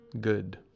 good